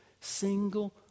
single